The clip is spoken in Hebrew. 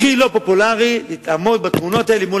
הכי לא פופולרי לעמוד בתמונות האלה מול